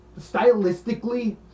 stylistically